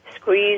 Squeeze